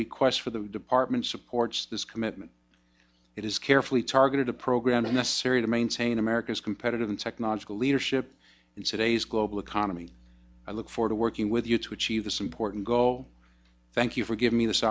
request for the department supports this commitment it is carefully targeted a program is necessary to maintain america's competitive and technological leadership its today's global economy i look forward to working with you to achieve this important go thank you for giving me this